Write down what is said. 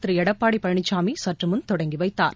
திருடப்பாடிபழனிசாமிசற்றுமுன் தொடங்கிவைத்தார்